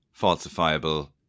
falsifiable